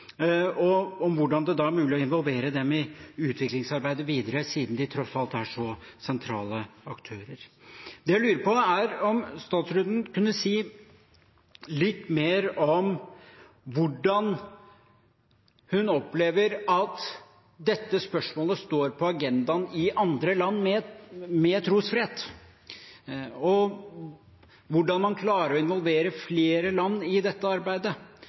og om hvordan det da er mulig å involvere dem i utviklingsarbeidet videre, siden de tross alt er så sentrale aktører. Det jeg lurer på, er om statsråden kunne si litt mer om hvordan hun opplever at dette spørsmålet står på agendaen i andre land med trosfrihet, og hvordan man klarer å involvere flere land i dette arbeidet.